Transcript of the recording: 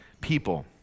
people